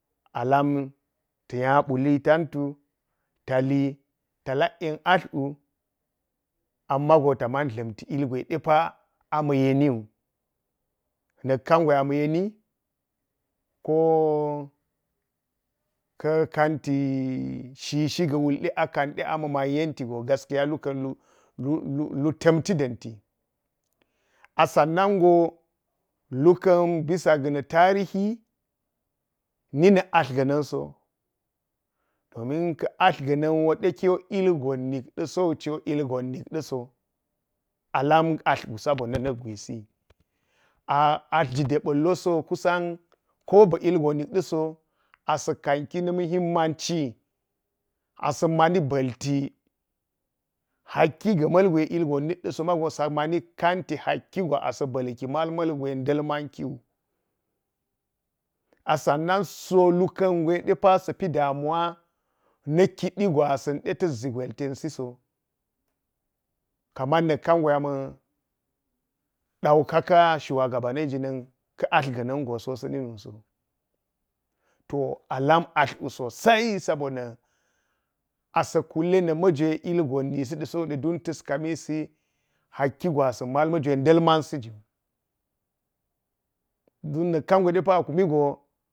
A lam ta̱ nya mbuli tantu ta li ta lak yen atl wu amangota man dla̱puti ilgwe ɗe a ama̱ yeni wu. Nak kan gwe ama yeni ko ka̱ kanti shishi ga̱ wulde asa̱ kanɗe ama̱ yenti gaskiya tu kan lu-lu ma̱n ta̱nti da̱nti a sannan goi luka̱n bisa ni tarihi ni nak atl ga̱na̱n so, domin ka̱ atl ga̱na̱n wo ɗe kyo ilgon na̱kɗe sowuco ilgon-nakda so-alam atl wu saboni ilgwisi a atl ga̱ deba̱l wo ko ba̱ ilgon na̱kɗa̱ so sa kanki na̱ muhimmanci asa̱ mani mbalti hakki ga̱ ma̱lgwe ilgon mikɗa sogo sa ma nik kanti haki gwa asa̱ mbal ki mal ma̱l gwe nda̱l malki wu. A sannan so huka̱n gwe sa̱ damuwa na kidi gwasạ ngwede tas ʒi gwel ten sisoi kaman nak kangwe ama̱ daukaka sugabanni ka̱ ga̱na̱n go sa̱ sa̱ni nuso. To alam atl wu sosai sa bonnạ asa kule, na̱ ma̱ jwe ilgon nisa̱ so don ta̱s kamisi hakki gwasa̱n malma̱jwe nda̱l man siwu, dum nak kan gwe de pa a kumi go.